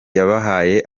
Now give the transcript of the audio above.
yabahaye